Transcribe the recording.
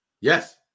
Yes